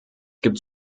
gibt